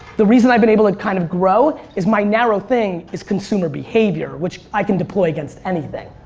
the reason i've been able to kind of grow is my narrow thing is consumer behavior which i can deploy against anything.